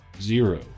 zero